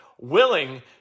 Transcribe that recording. willing